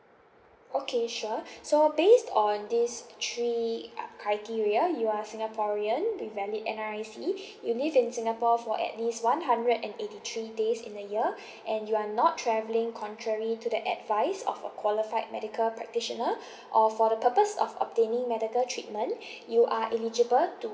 okay sure so based on these three uh criteria you are singaporean with valid N_R_I_C you live in singapore for at least one hundred and eighty three days in a year and you are not travelling contrary to the advice of a qualified medical practitioner or for the purpose of obtaining medical treatment you are eligible to